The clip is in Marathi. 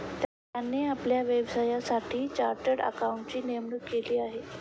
त्यांनी आपल्या व्यवसायासाठी चार्टर्ड अकाउंटंटची नेमणूक केली आहे